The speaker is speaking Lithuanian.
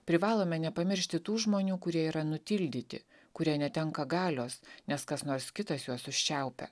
privalome nepamiršti tų žmonių kurie yra nutildyti kurie netenka galios nes kas nors kitas juos užčiaupia